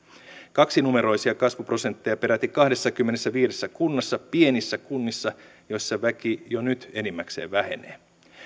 kaksinumeroisia kasvuprosentteja on peräti kahdessakymmenessäviidessä kunnassa pienissä kunnissa joissa väki jo nyt enimmäkseen vähenee